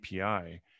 API